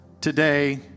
today